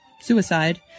suicide